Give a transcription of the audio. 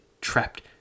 trapped